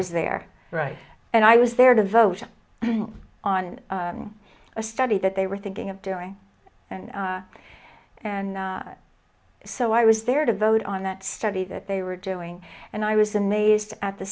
was there right and i was there to vote on a study that they were thinking of doing and and so i was there to vote on a study that they were doing and i was amazed at the